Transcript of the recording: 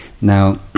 Now